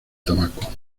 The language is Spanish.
tabaco